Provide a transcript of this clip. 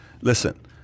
listen